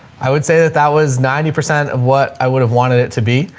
i would say that that was ninety percent of what i would've wanted it to be.